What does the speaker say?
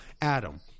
Adam